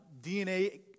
DNA